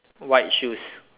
white shoes